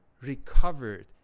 recovered